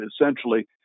essentially